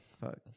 fuck